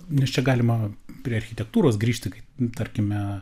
nes čia galima prie architektūros grįžti kaip tarkime